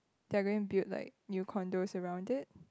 they're going build like new condos around it